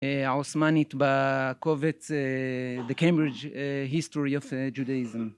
העות'מאנית בקובץ, The Cambridge History of Judaism.